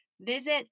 visit